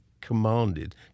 commanded